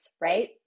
right